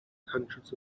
hundreds